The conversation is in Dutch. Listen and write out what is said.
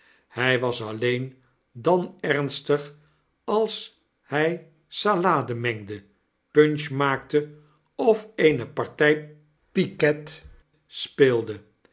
hy was alleen dan ernstig als hi salade mengde punch maakte of eene party piket speelde